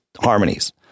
harmonies